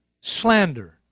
slander